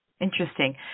Interesting